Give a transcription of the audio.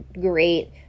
great